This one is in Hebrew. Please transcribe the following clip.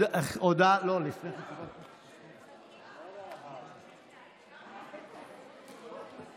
תודה.) אז תודה רבה לך, וברוכה הבאה.